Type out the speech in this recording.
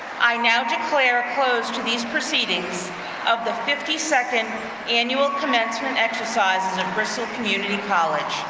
i now declare closed to these proceedings of the fifty second annual commencement exercises of bristol community college.